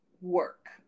work